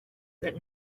that